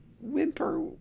whimper